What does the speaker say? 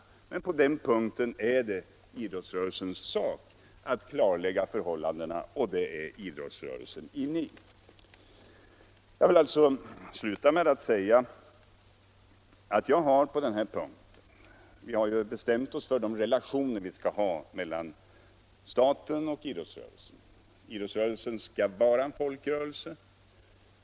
Men på den punkten är det idrottsrörelsens sak att diskutera förhållandena, och det är idrottsrörelsen sysselsatt med. Jag vill till slut säga att vi har bestämt oss för de relationer som vi skall ha mellan staten och idrottsrörelsen. Idrottsrörelsen skall vara en folkrörelse.